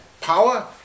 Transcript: power